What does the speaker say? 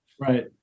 Right